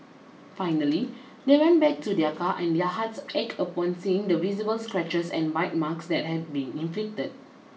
finally they went back to their car and their hearts ached upon seeing the visible scratches and bite marks that had been inflicted